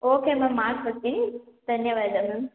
okay ma'am ಮಾಡ್ಕೊಡ್ತೀನಿ ಧನ್ಯವಾದ ma'am